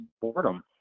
boredom